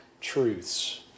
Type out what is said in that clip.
Truths